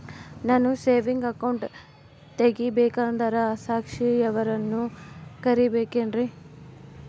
ನಾನು saving account ತೆಗಿಬೇಕಂದರ ಸಾಕ್ಷಿಯವರನ್ನು ಕರಿಬೇಕಿನ್ರಿ?